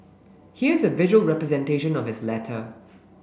here's a visual representation of his letter